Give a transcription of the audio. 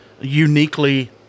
uniquely